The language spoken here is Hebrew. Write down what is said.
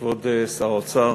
כבוד שר האוצר,